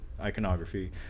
iconography